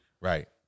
Right